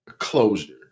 Closure